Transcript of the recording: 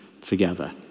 together